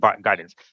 guidance